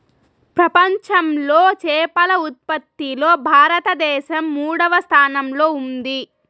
ప్రపంచంలో చేపల ఉత్పత్తిలో భారతదేశం మూడవ స్థానంలో ఉంది